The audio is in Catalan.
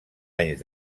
anys